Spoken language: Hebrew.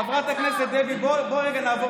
הוא לא מסוגל